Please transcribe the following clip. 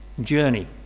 journey